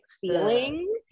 feeling